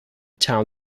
town